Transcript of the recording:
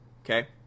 okay